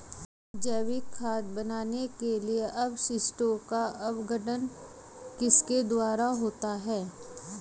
जैविक खाद बनाने के लिए अपशिष्टों का अपघटन किसके द्वारा होता है?